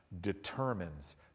determines